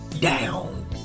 down